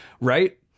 right